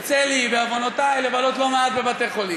יוצא לי בעוונותי לבלות לא מעט בבתי-חולים.